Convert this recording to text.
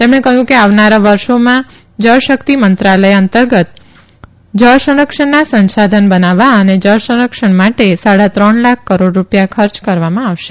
તેમણે કહ્યું કે આવનારા વર્ષેમાં જળ શક્તિ મંત્રાલય અંતર્ગત જળ સંરક્ષણના સંશાધન બનાવવા અને જળ સંરક્ષણ માટે સાડા ત્રણ લાખ કરોડ રૂપિયા ખર્ચ કરવામાં આવશે